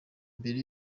mbere